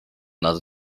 nad